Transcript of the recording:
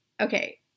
Okay